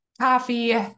coffee